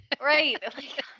Right